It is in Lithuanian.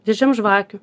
dėžėm žvakių